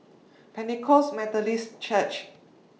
Pentecost Methodist Church